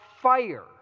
fire